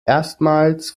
erstmals